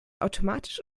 automatisch